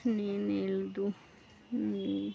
ಇನ್ನೇನು ಹೇಳೋದು